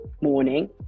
morning